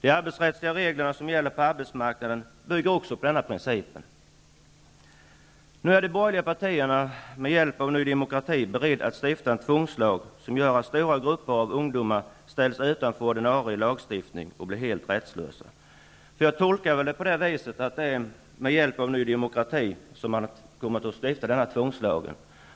De arbetsrättsliga reglerna som gäller på arbetsmarknaden bygger också på denna princip. Nu är de borgerliga partierna med hjälp av Ny demokrati beredda att stifta en tvångslag som gör att stora grupper av ungdomar ställs utanför ordinarie lagstiftning och blir helt rättslösa. Jag tolkar det som att det är med hjälp av Ny demokrati man kommer att stifta denna tvångslag.